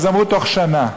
אז אמרו: בתוך שנה.